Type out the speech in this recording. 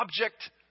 object